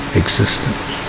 existence